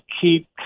keep